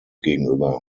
gegenüber